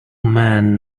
man